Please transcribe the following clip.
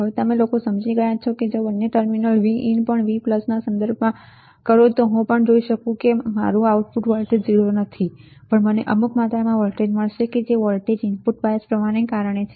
હવે તમે લોકો સમજી ગયા છો કે જો બંને ટર્મિનલ Vin પણ Vના સંદર્ભમાં કરો તો હું પણ જોઈશ કે મારું આઉટપુટ વોલ્ટેજ 0 નથી પણ મને અમુક માત્રામાં વોલ્ટેજ મળશે કે જે વોલ્ટેજ ઇનપુટ બાયસ પ્રવાહ કારણે છે